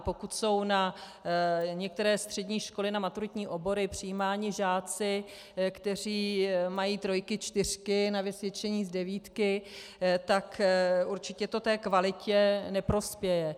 Pokud jsou na některé střední školy na maturitní obory přijímáni žáci, kteří mají trojky, čtyřky na vysvědčení z devítky, tak určitě to té kvalitě neprospěje.